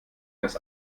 dass